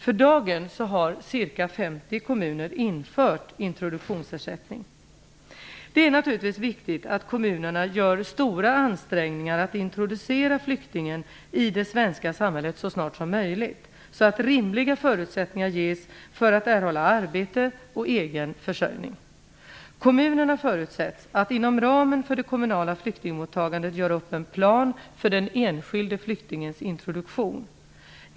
För dagen har ca 50 Det är naturligtvis viktigt att kommunerna gör stora ansträngningar att introducera flyktingen i det svenska samhället så snart som möjligt, så att rimliga förutsättningar ges för att erhålla arbete och egen försörjning. Kommunerna förutsätts att inom ramen för det kommunala flyktingmottagandet göra upp en plan för den enskilde flyktingens introduktion.